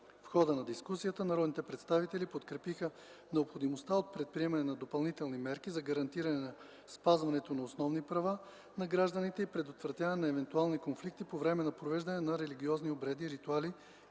В хода на дискусията народните представители подкрепиха необходимостта от предприемане на допълните мерки за гарантиране на спазването на основни права на гражданите и предотвратяване на евентуални конфликти по време на провеждане на религиозни обреди, ритуали